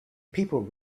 people